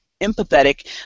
empathetic